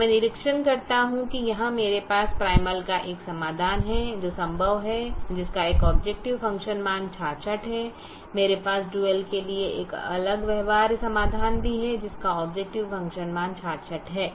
अब मैं निरीक्षण करता हूं कि यहां मेरे पास प्राइमल का एक समाधान है जो संभव है जिसका एक ऑबजेकटिव फ़ंक्शन मान 66 है और मेरे पास डुअल के लिए एक अलग व्यवहार्य समाधान भी है जिसका ऑबजेकटिव फ़ंक्शन मान 66 है